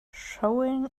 showing